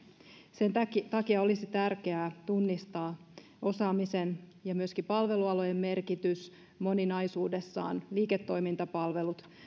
sen takia olisi tärkeää tunnistaa osaamisen ja myöskin palvelualojen merkitys moninaisuudessaan liiketoimintapalvelut